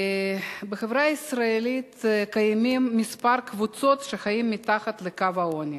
בחברה הישראלית קיימות כמה קבוצות שחיות מתחת לקו העוני.